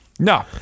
No